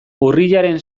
urriaren